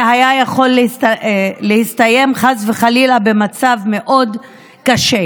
זה היה יכול להסתיים חס וחלילה במצב מאוד קשה.